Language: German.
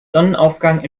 sonnenaufgang